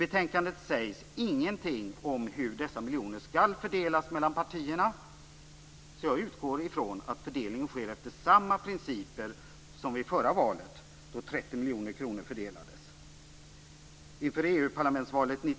I betänkandet sägs ingenting om hur dessa miljoner skall fördelas mellan partierna, så jag utgår från att fördelningen sker efter samma principer som vid förra valet, då 30 miljoner kronor fördelades.